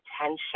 attention